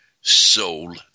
soul